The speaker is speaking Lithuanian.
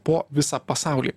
po visą pasaulį